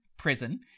prison